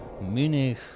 Munich